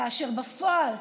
כאשר בפועל,